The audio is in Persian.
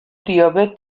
دیابت